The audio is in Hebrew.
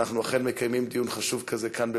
ואנחנו אכן מקיימים דיון חשוב כזה כאן,